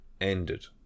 ended